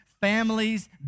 families